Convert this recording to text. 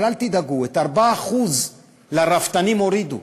אבל אל תדאגו, את ה-4% לרפתנים הורידו.